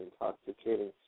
intoxicating